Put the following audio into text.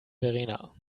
verena